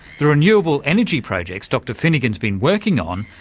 the renewable energy projects dr finnigan's been working on,